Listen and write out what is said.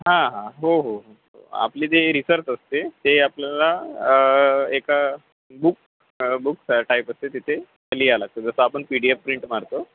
हां हां हो हो आपली जी रिसर्च असते ते ते आपल्याला एका बुक बुक टाईप असते तिथे लिहायला लागतं जसं आपण पी डी एफ प्रिंट मारतो